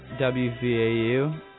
wvau